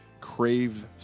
crave